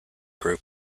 group